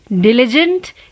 diligent